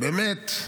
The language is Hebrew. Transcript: באמת.